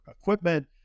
equipment